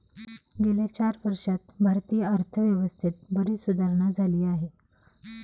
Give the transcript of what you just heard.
गेल्या चार वर्षांत भारतीय अर्थव्यवस्थेत बरीच सुधारणा झाली आहे